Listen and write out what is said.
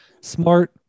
smart